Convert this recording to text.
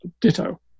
ditto